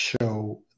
show